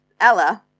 Ella